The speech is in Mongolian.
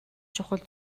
чухал